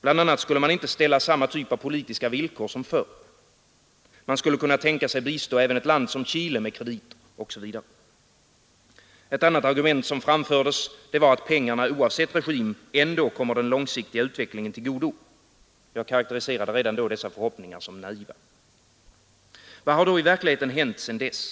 Bl. a. skulle man inte ställa samma typ av politiska villkor som förr. Man skulle kunna tänka sig bistå även ett land som Chile med krediter osv. Ett annat argument som framfördes var att pengarna oavsett regim ändå kommer den långsiktiga utvecklingen till godo. Jag karakteriserade redan då dessa förhoppningar som naiva. Vad har då i verkligheten hänt sedan dess?